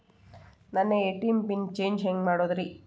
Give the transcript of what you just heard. ನನ್ನ ATM pin change ಹೆಂಗ್ ಮಾಡೋದ್ರಿ?